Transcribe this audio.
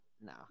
No